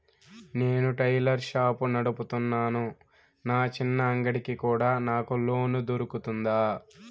నేను tailor shop నడుపుతున్నాను, నా చిన్న అంగడి కి కూడా నాకు లోను దొరుకుతుందా?